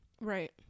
Right